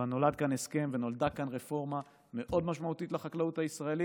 אבל נולד כאן הסכם ונולדה כאן רפורמה מאוד משמעותית לחקלאות הישראלית.